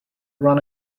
run